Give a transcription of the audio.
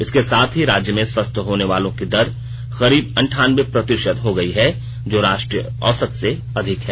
इसके साथ ही राज्य में स्वस्थ होने वालों की दर करीब अंठानबे प्रतिशत हो गई है जो राष्ट्रीय औसत से अधिक है